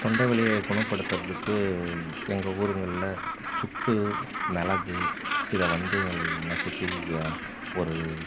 தொண்டை வலியை குணப்படுத்துவதுக்கு எங்கள் ஊருங்களில் சுக்கு மிளகு இதைவந்து நசுக்கி ஒரு